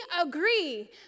agree